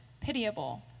pitiable